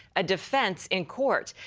a defense in court.